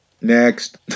Next